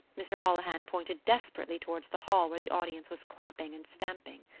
mr. holohan pointed desperately towards the hall where the audience was clapping and stamping.